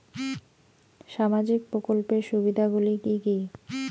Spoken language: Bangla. সামাজিক প্রকল্পের সুবিধাগুলি কি কি?